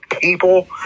people